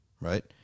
right